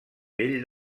vell